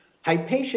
Hypatia